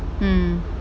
mm